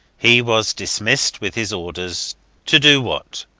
he was dismissed with his orders to do what?